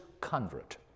convert